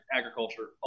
agriculture